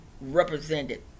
represented